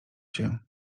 się